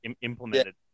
implemented